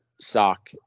sock